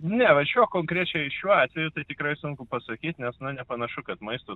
ne va šiuo konkrečiai šiuo atveju tai tikrai sunku pasakyt nes na nepanašu kad maisto